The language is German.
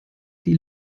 die